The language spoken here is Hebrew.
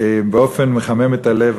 באופן מחמם את הלב,